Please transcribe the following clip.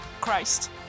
Christ